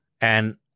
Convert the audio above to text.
And-